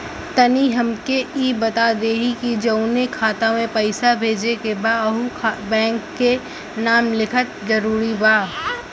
तनि हमके ई बता देही की जऊना खाता मे पैसा भेजे के बा ओहुँ बैंक के नाम लिखल जरूरी बा?